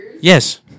Yes